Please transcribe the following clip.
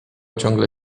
ciągle